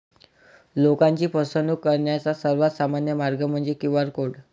लोकांची फसवणूक करण्याचा सर्वात सामान्य मार्ग म्हणजे क्यू.आर कोड